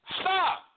Stop